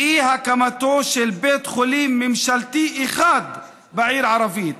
באי-הקמתו של בית חולים ממשלתי אחד בעיר ערבית,